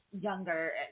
younger